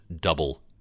double